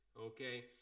okay